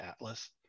Atlas